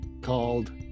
called